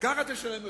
ככה תשלם יותר.